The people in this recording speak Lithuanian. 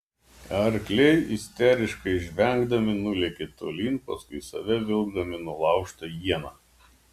arkliai isteriškai žvengdami nulėkė tolyn paskui save vilkdami nulaužtą ieną